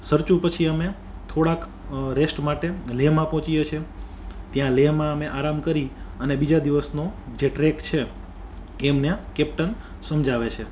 સરચુ પછી અમે થોડાંક રેસ્ટ માટે લેહમાં પોચીએ છીએ ત્યાં લેહમાં અમે આરામ કરી અને બીજા દિવસનો જે ટ્રેક છે એમના કેપ્ટન સમજાવે છે